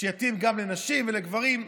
שיתאים גם לנשים וגם לגברים,